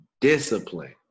Discipline